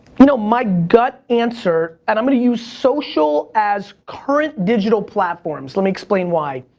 you know my gut answer, and i'm going to use social as current digital platforms, let me explain why.